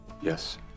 Yes